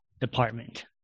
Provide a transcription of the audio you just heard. department